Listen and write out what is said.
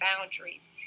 boundaries